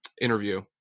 interview